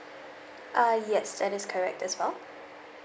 uh yes that is correct as well